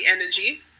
energy